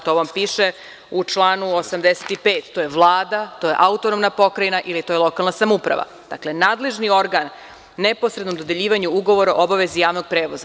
To vam piše u članu 85, to je Vlada, to je Autonomna pokrajina, ili, to je lokalna samouprava, dakle, nadležni organ neposrednom dodeljivanju ugovora o obavezi javnog prevoza.